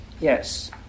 Yes